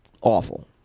Awful